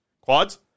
quads